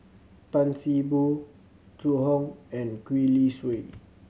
Tan See Boo Zhu Hong and Gwee Li Sui